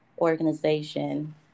organization